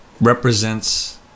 represents